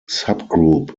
subgroup